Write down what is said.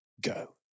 Go